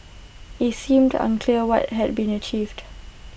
IT seemed unclear what had been achieved